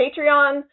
Patreon